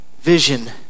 vision